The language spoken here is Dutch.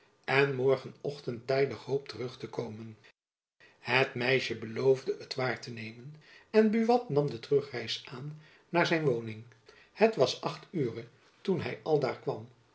en morgen-ochtend tijdig hoop terug te komen het meisjen beloofde het waar te nemen en buat nam de terugreis aan naar zijn woning het was acht ure toen hy aldaar kwam